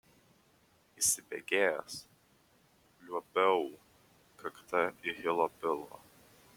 įsibėgėjęs liuobiau kakta į hilo pilvą